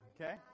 okay